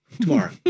tomorrow